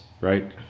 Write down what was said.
right